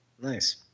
Nice